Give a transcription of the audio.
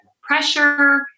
pressure